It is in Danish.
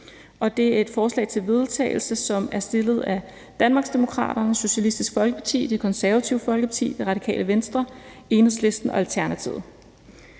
Det er et forslag til vedtagelse, som er stillet af Danmarksdemokraterne, Socialistisk Folkeparti, Det Konservative Folkeparti, Radikale Venstre, Enhedslisten og Alternativet: